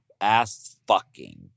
ass-fucking